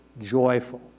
joyful